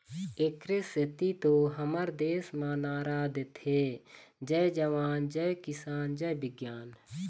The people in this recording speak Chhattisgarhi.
एखरे सेती तो हमर देस म नारा देथे जय जवान, जय किसान, जय बिग्यान